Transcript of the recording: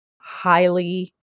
highly